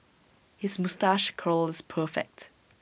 his moustache curl is perfect